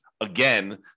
again